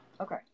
Okay